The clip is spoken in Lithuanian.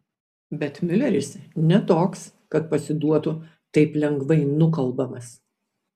bet miuleris ne toks kad pasiduotų taip lengvai nukalbamas